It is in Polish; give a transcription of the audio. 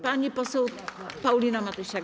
Pani poseł Paulina Matysiak.